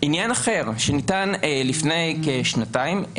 עניין אחר שניתן לפני כשנתיים,